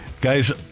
Guys